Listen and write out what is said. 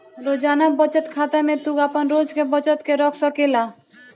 रोजाना बचत खाता में तू आपन रोज के बचत के रख सकेला